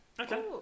Okay